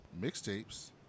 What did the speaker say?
mixtapes